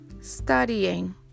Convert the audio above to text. Studying